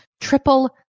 Triple